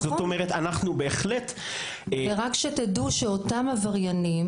אנחנו בהחלט --- רק שתדעו שאותם עבריינים,